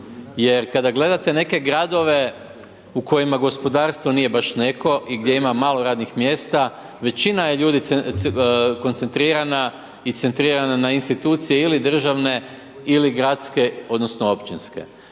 Jer kada gledate neke gradove u kojima gospodarstvo nije baš neko i gdje ima malo radnih mjesta, većina je ljudi koncentrirana i centrirana na institucije ili državne ili gradske, odnosno, općinske.